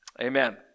amen